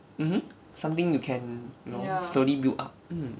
mmhmm something you can you know slowly build up mm